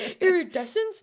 Iridescence